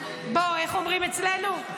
בוא, איך אומרים אצלנו?